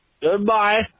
Goodbye